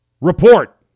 report